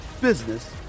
business